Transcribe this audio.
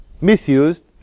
...misused